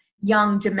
young